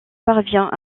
parvient